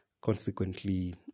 consequently